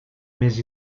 més